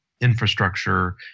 infrastructure